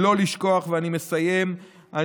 לא לשכוח, משפט סיום.